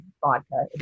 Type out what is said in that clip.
vodka